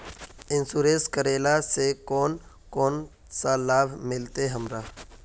Insurance करेला से कोन कोन सा लाभ मिलते हमरा?